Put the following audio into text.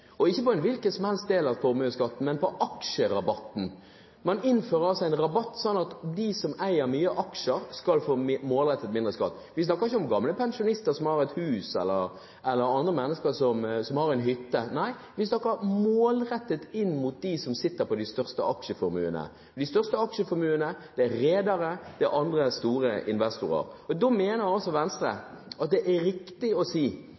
og ikke på en hvilken som helst del av formuesskatten, men på aksjerabatten. Man innfører en rabatt, sånn at de som eier mye aksjer, skal få målrettet mindre skatt. Vi snakker ikke om gamle pensjonister som har et hus, eller andre mennesker som har en hytte – nei, vi snakker om en målretting inn mot dem som sitter på de største aksjeformuene. Det er redere, og det er andre store investorer. Da mener altså Venstre at det er riktig å si